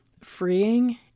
freeing